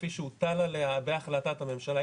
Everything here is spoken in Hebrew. כפי שהוטל עליה בהחלטת הממשלה,